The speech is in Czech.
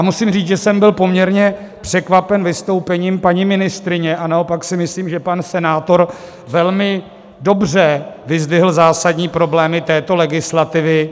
Musím říct, že jsem byl poměrně překvapen vystoupením paní ministryně, a naopak si myslím, že pan senátor velmi dobře vyzdvihl zásadní problémy této legislativy.